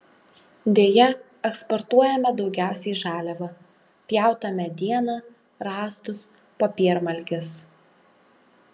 deja eksportuojame daugiausiai žaliavą pjautą medieną rąstus popiermalkes